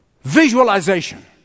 visualization